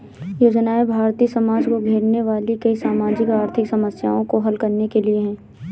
योजनाएं भारतीय समाज को घेरने वाली कई सामाजिक आर्थिक समस्याओं को हल करने के लिए है